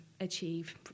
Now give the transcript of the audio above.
achieve